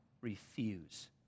refuse